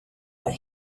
but